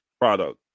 product